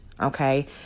Okay